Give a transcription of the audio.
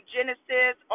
Genesis